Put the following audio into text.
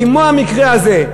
כמו המקרה הזה,